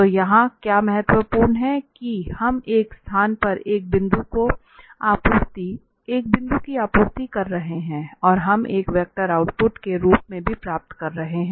तो यहां क्या महत्वपूर्ण है कि हम एक स्थान पर एक बिंदु की आपूर्ति कर रहे हैं और हम एक वेक्टर आउटपुट के रूप में भी प्राप्त कर रहे हैं